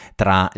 tra